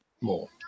more